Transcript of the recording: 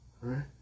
right